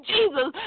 Jesus